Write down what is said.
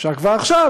אפשר כבר עכשיו,